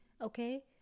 okay